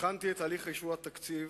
בחנתי את הליך אישור התקציב,